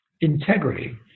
Integrity